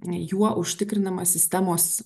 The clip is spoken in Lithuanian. juo užtikrinama sistemos